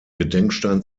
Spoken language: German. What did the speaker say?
gedenkstein